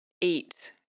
eat